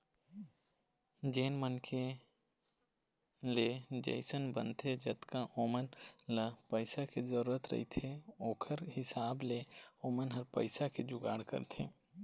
जेन मनखे ले जइसन बनथे जतका ओमन ल पइसा के जरुरत रहिथे ओखर हिसाब ले ओमन ह पइसा के जुगाड़ करथे